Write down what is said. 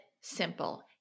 simple